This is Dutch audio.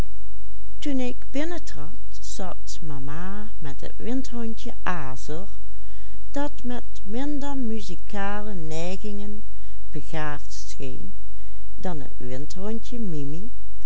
dat met minder muzikale neigingen begaafd scheen dan het windhondje mimi